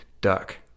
duck